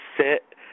sit